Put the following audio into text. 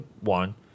one